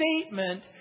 statement